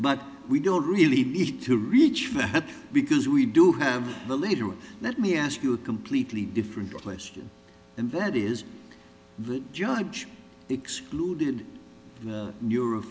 but we don't really need to reach for that because we do have the leader let me ask you a completely different question and that is the judge excluded neurop